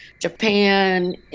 Japan